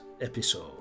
episode